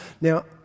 Now